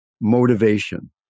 motivation